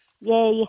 Yay